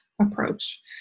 approach